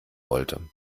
wollte